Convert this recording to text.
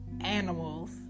animals